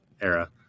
era